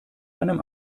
einem